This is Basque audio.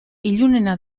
ilunena